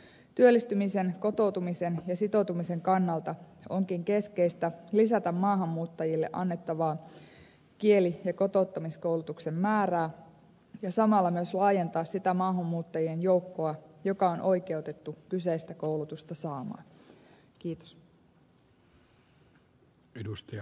työllistymisen kotoutumisen ja sitoutumisen kannalta onkin keskeistä lisätä maahanmuuttajille annettavan kieli ja kotouttamiskoulutuksen määrää ja samalla myös laajentaa sitä maahanmuuttajien joukkoa joka on oikeutettu kyseistä koulutusta saamaan